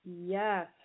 Yes